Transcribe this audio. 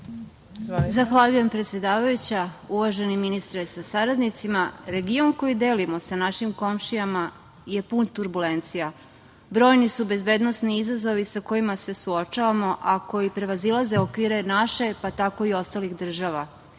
Zahvaljujem predsedavajuća. Uvaženi ministre sa saradnicima, region koji delimo sa našim komšijama je pun turbulencija. Brojni su bezbednosni izazovi sa kojima se suočavamo, a koji prevazilaze okvire naše, pa tako i ostalih država.